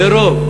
ברוב,